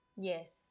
Yes